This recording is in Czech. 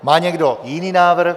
Má někdo jiný návrh?